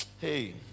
hey